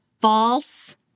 False